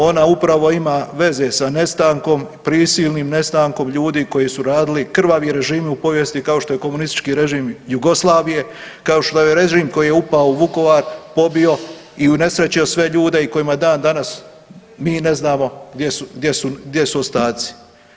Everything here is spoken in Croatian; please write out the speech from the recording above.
Ona upravo ima veze sa nestankom, prisilnim nestankom ljudi koji su radili, krvavi režimi u povijesti kao što je komunistički režim Jugoslavije, kao što je režim koji je upao u Vukovar, pobio i unesrećio sve ljude i kojima dan danas mi ne znamo gdje su ostaci.